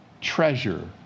treasure